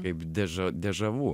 kaip deža dežavu